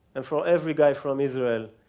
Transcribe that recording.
and for every guy from israel,